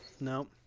no